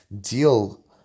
deal